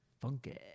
funky